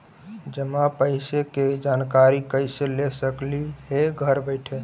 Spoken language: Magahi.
जमा पैसे के जानकारी कैसे ले सकली हे घर बैठे?